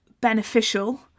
beneficial